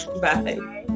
Bye